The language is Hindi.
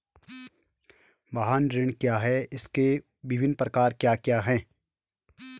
वाहन ऋण क्या है इसके विभिन्न प्रकार क्या क्या हैं?